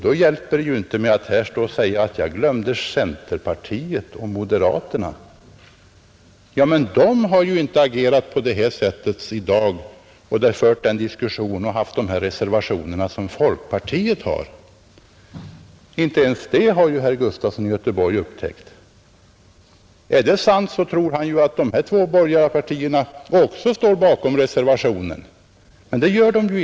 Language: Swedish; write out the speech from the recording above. Då hjälper det ju inte med att här stå och säga att jag glömde centerpartiet och moderata samlingspartiet. De har ju inte agerat på detta sätt i dag, fört den här diskussionen och haft sådana reservationer som folkpartiet. Inte ens det har herr Gustafson i Göteborg upptäckt. Det är ju folkpartiet som står för reservationen.